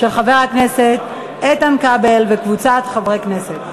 של חבר הכנסת איתן כבל וקבוצת חברי הכנסת.